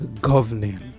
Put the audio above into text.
governing